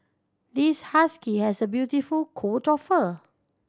this husky has a beautiful coat of fur